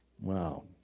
Wow